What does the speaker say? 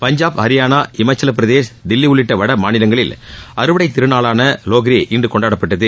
பஞ்சாப் ஹரியானா இமாச்சல பிரதேஷ் தில்லி உள்ளிட்ட வட மாநிலங்களில் அறுவடைத் திருநாளான லோக்ரி இன்று கொண்டாடப்பட்டது